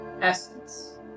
essence